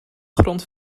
grond